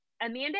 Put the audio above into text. Amanda